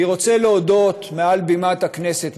אני רוצה להודות מעל בימת הכנסת,